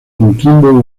coquimbo